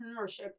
entrepreneurship